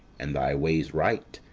and thy ways right,